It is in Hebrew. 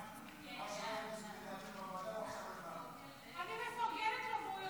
חוק כלי הירייה (תיקון מס' 24)